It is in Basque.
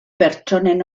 pertsonen